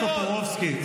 חבר הכנסת טופורובסקי,